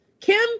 Kim